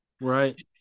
Right